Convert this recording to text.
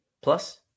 Plus